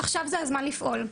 עכשיו זה הזמן לפעול.